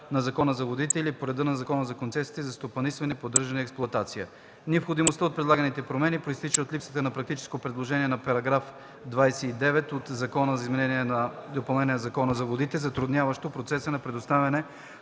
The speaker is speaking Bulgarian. на Закона за водите или по реда на Закона за концесиите за стопанисване, поддържане и експлоатация. Необходимостта от предлаганите промени произтича от липсата на практическо приложение на параграф 29 от Закона за изменение и допълнение на Закона за водите, затрудняващо процеса на предоставянето